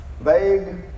vague